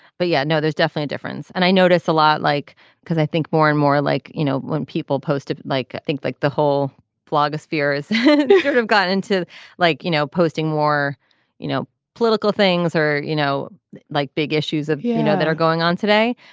but yeah no there's definitely difference and i notice a lot like because i think more and more like you know when people post like i think like the whole blogosphere is sort have gotten into like you know posting more you know political things or you know like big issues of you know that are going on today.